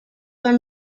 were